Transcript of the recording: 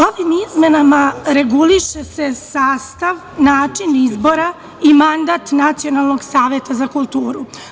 Ovim izmenama reguliše se sastav, način izbora i mandat nacionalnog saveta za kulturu.